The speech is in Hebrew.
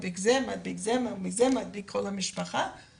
מדביק את כל המשפחה וכך הלאה,